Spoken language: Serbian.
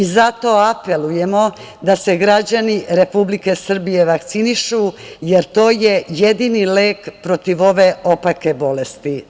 Zato apelujemo da se građani Republike Srbije vakcinišu, jer to je jedini lek protiv ove opake bolesti.